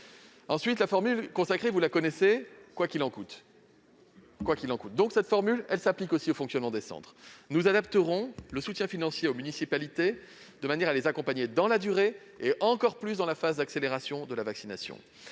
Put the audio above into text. tous la formule consacrée du « quoi qu'il en coûte ». Elle s'applique aussi au fonctionnement des centres. Nous adapterons le soutien financier aux municipalités, de manière à les accompagner dans la durée, et encore plus dans la phase d'accélération de la vaccination.